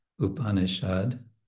upanishad